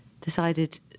decided